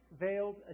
veiled